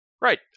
right